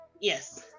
Yes